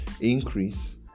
increase